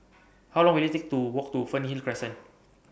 How Long Will IT Take to Walk to Fernhill Crescent